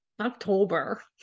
October